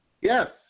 Yes